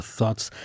Thoughts